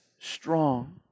strong